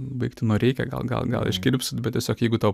baigti nu reikia gal gal gal iškirpsit bet tiesiog jeigu to